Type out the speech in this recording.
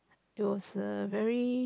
it was err very